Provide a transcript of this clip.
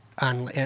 on